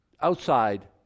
outside